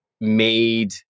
made